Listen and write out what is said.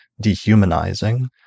dehumanizing